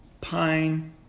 pine